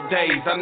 days